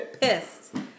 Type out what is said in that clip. pissed